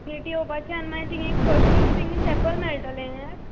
नीट्ट येवपाचें आनी मागीर तिंगा एक फश्टच तिंगा चेपल मेळटलें एक